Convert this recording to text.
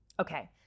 Okay